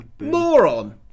moron